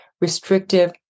restrictive